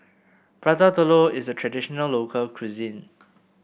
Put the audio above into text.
Prata Telur is a traditional local cuisine